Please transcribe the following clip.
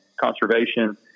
conservation